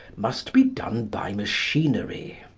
must be done by machinery.